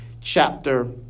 chapter